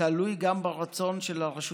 תלוי גם ברצון של הרשות